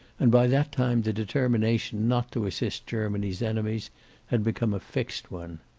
and by that time the determination not to assist germany's enemies had become a fixed one.